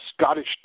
Scottish